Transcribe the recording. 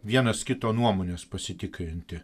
vienas kito nuomones pasitikrinti